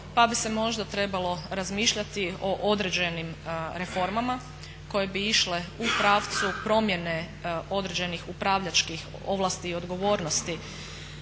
pa bi se možda trebalo razmišljati o određenim reformama koje bi išle u pravcu promjene određenih upravljačkih ovlasti i odgovornosti